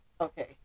Okay